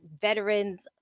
veterans